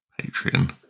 Patreon